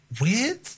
weird